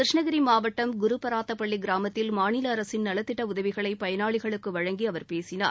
கிருஷ்ணகிரிமாவட்டம் குருபராத்தப்பள்ளிகிராமத்தில் மாநிலஅரசின் நலத்திட்டஉதவிகளைபயனாளிகளுக்குவழங்கிஅவர் பேசினார்